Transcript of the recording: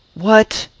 what!